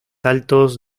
altos